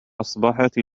أصبحت